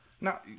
Now